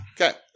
Okay